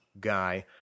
guy